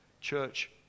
Church